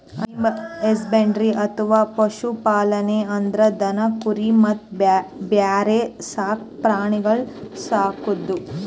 animal husbandry ಅಥವಾ ಪಶು ಪಾಲನೆ ಅಂದ್ರ ದನ ಕುರಿ ಮತ್ತ್ ಬ್ಯಾರೆ ಸಾಕ್ ಪ್ರಾಣಿಗಳನ್ನ್ ಸಾಕದು